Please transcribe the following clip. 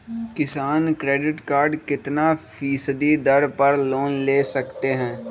किसान credit card कितना फीसदी दर पर लोन ले सकते हैं?